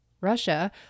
Russia